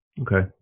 Okay